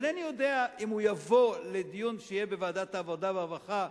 ואיני יודע אם הוא יבוא לדיון שיהיה בוועדת העבודה והרווחה,